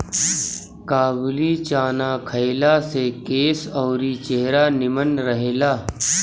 काबुली चाना खइला से केस अउरी चेहरा निमन रहेला